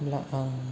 आं